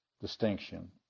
distinction